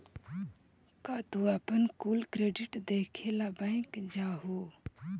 का तू अपन कुल क्रेडिट देखे ला बैंक जा हूँ?